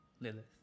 Lilith